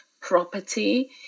property